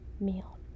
meal